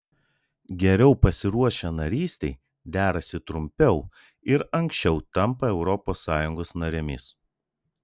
geriau pasiruošę narystei derasi trumpiau ir anksčiau tampa europos sąjungos narėmis